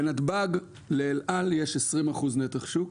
בנתב"ג לאל על יש 20 אחוזים נתח שוק,